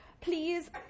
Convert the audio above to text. Please